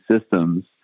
systems